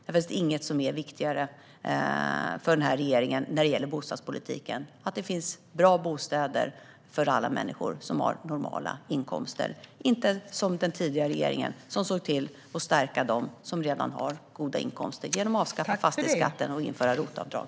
Det finns inget som är viktigare för denna regering när det gäller bostadspolitiken än att det finns bra bostäder för alla människor som har normala inkomster. Den tidigare regeringen såg i stället till att stärka dem som redan har goda inkomster genom att avskaffa fastighetsskatten och införa ROT-avdrag.